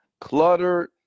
cluttered